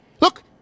Look